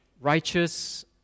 righteous